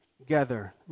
together